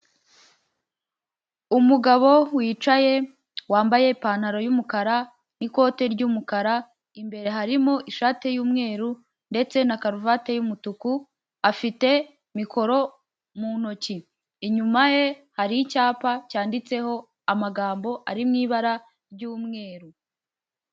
Umugabo wicaye, wambaye ipantaro y'umukara n'ikote ry'umukara, imbere harimo ishati y'umweru ndetse na karuvati y'umutuku, afite mikoro mu ntoki, inyuma ye hari icyapa cyanditseho amagambo ari mu ibara ry'umweru.